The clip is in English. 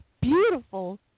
beautiful